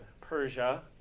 Persia